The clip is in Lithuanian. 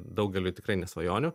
daugeliui tikrai ne svajonių